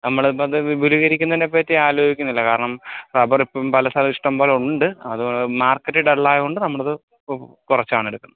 നമ്മളിപ്പം അത് വിപുലികരിക്കുന്നതിനെ പറ്റി ആലോചിക്കുന്നില്ല കാരണം റബ്ബറ് ഇപ്പം പല ഇഷ്ടംപോലെ ഉണ്ട് അത് മാർക്കറ്റ് ഡൽ ആയതുകൊണ്ട് നമ്മളത് കുറച്ചാണ് എടുക്കുന്നത്